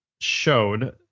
showed